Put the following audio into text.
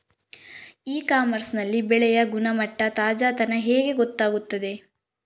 E commerce ನಲ್ಲಿ ಬೆಳೆಯ ಗುಣಮಟ್ಟ, ತಾಜಾತನ ಹೇಗೆ ಗೊತ್ತಾಗುತ್ತದೆ?